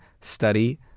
study